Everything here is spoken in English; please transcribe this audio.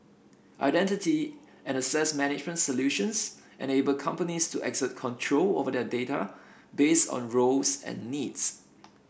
identity and access management solutions and enable companies to exert control over their data based on roles and needs